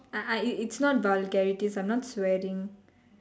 I ah it's not vulgarity I'm not swearing